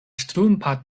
ŝtrumpa